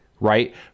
right